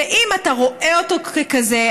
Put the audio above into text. ואם אתה רואה אותו ככזה,